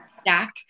stack